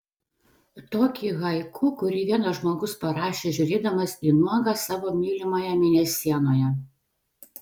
tokį haiku kurį vienas žmogus parašė žiūrėdamas į nuogą savo mylimąją mėnesienoje